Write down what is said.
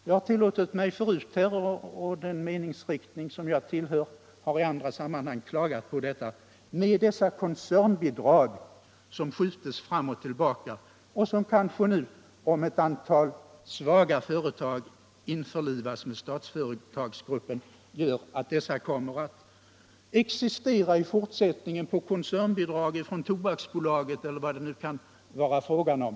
Jag har tillåtit mig förut att klaga på - och den meningsriktning jag tillhör har i andra sammanhang gjort detsamma — dessa koncernbidrag som skjuts fram och tillbaka. Om ett antal svaga företag införlivas med Statsföretagsgruppen kanske dessa i fortsättningen kommer att existera på koncernbidrag från Tobaksbolaget, eller vad det nu kan vara fråga om.